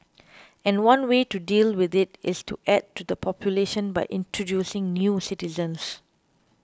and one way to deal with it is to add to the population by introducing new citizens